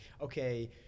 okay